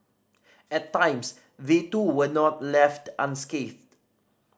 at times they too were not left unscathed